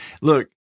look